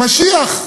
משיח.